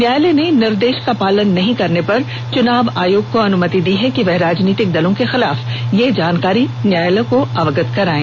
न्यायालय ने निर्देश का पालन नहीं करने पर चुनाव आयोग को अनुमति दी है कि वह राजनीतिक दलों के खिलाफ यह जानकारी न्यायालय को अवगत कराये